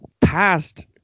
past